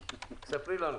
תספרי לנו.